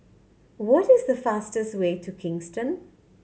what is the fastest way to Kingston